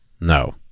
No